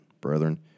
brethren